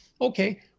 Okay